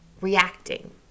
reacting